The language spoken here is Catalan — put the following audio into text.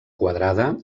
quadrada